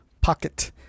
pocket